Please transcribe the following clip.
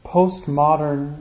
Postmodern